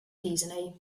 disney